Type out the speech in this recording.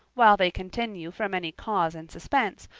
while they continue from any cause in suspense,